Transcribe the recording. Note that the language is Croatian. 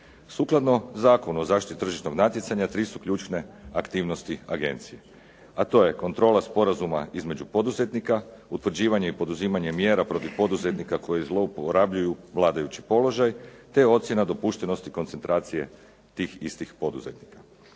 Sukladno Zakonu o zaštiti tržišnog natjecanja tri su ključne aktivnosti agencije a to je kontrola sporazuma između poduzetnika, utvrđivanje i poduzimanje mjera protiv poduzetnika koji zlouporabljuju vladajući položaj te ocjena dopuštenosti koncentracije tih istih poduzetnika.